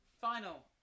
Final